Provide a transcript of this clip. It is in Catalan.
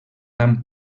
amb